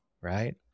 right